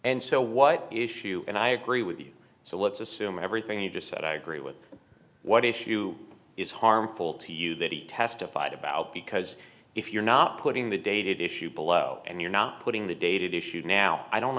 and so what issue and i agree with you so let's assume everything you just said i agree with what issue is harmful to you that he testified about because if you're not putting the dated issue below and you're not putting the dated issues now i don't